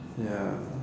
ya